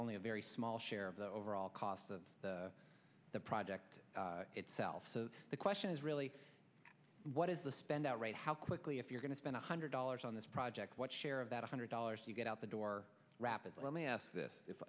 only a very small share of the overall cost of the project itself so the question is really what is the spend out rate how quickly if you're going to spend a hundred dollars on this project what share of that one hundred dollars you get out the door rapidly let me ask this if